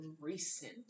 recent